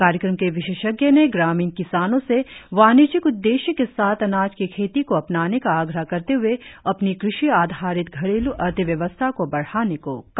कार्यक्रम के विशेषज्ञ ने ग्रामीण किसानों से वाणिज्यिक उद्देश्य के साथ अनाज की खेती को अपनाने का आग्रह करते हुए अपनी कृषि आधारित घरेलू अर्थव्यवस्था को बढ़ाने को कहा